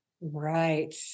Right